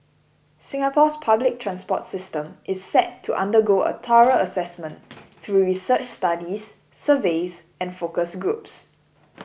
Singapore's public transport system is set to undergo a thorough assessment through research studies surveys and focus groups